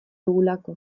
dugulako